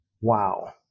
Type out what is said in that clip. wow